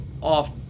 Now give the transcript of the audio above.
off –